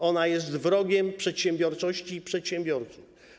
To jest wróg przedsiębiorczości i przedsiębiorców.